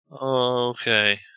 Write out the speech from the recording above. Okay